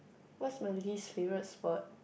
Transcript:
what's my least favourite sport